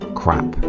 crap